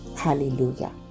hallelujah